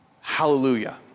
Hallelujah